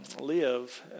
live